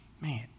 man